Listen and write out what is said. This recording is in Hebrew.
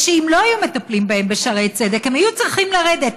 ושאם לא היו מטפלים בהם בשערי צדק הם היו צריכים לרדת,